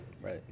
Right